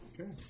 Okay